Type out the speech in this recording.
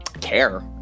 care